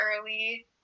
early